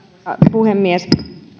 puhemies